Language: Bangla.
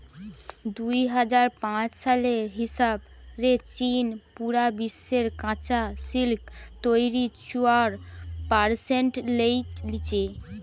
দুই হাজার পাঁচ সালের হিসাব রে চীন পুরা বিশ্বের কাচা সিল্ক তইরির চুয়াত্তর পারসেন্ট লেই লিচে